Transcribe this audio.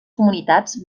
comunitats